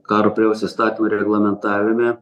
karo prievolės įstatymo reglamentavime